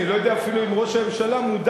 אני לא יודע אפילו אם ראש הממשלה מודע